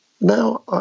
now